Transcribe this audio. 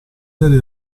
serie